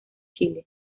chile